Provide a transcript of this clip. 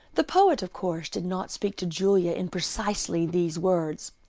the poet of course did not speak to julia in precisely these words,